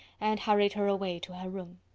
and hurried her away to her room.